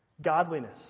Godliness